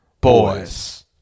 boys